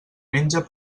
menja